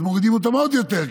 אז מורידים אותם עוד יותר,